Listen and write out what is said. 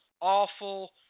awful